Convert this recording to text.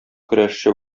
көрәшче